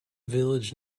village